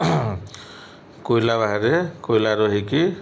କୋଇଲା ବାହାରେ କୋଇଲା ରହିକି